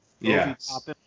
Yes